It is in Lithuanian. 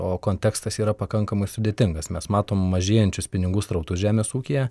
o kontekstas yra pakankamai sudėtingas mes matom mažėjančius pinigų srautus žemės ūkyje